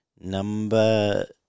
number